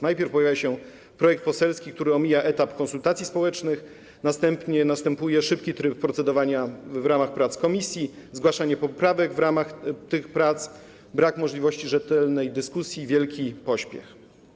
Najpierw pojawia się projekt poselski, który omija etap konsultacji społecznych, następnie następuje szybki tryb procedowania w ramach prac komisji, zgłaszanie poprawek w ramach tych prac, brak możliwości rzetelnej dyskusji, wielki pośpiech.